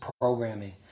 programming